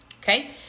okay